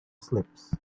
slips